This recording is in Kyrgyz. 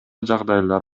жагдайлар